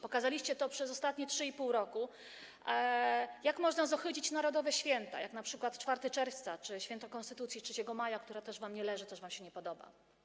Pokazaliście przez ostatnie 3,5 roku, jak można zohydzić narodowe święta, jak np. 4 czerwca czy święto Konstytucji 3 maja, które też wam nie leży, też wam się nie podoba.